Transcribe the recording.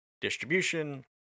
distribution